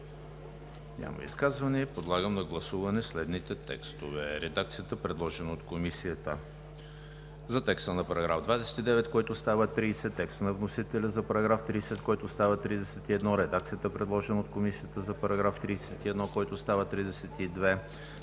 Няма. Подлагам на гласуване следните текстове: редакцията, предложена от Комисията за текста на § 29, който става § 30; текста на вносителя за § 30, който става § 31; редакцията, предложена от Комисията за § 31, който става §